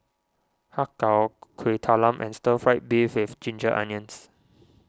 Har Kow Kueh Talam and Stir Fried Beef with Ginger Onions